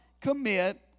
commit